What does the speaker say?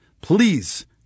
Please